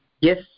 Yes